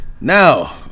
Now